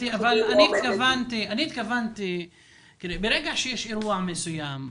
ברגע שיש אירוע מסוים,